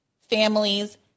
families